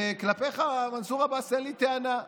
וכלפיך, מנסור עבאס, אין לי טענה.